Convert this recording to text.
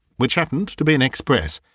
which happened to be an express,